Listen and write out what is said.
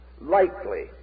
likely